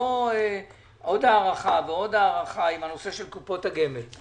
לא עוד הארכה ועוד הארכה, עם הנושא של קופות הגמל.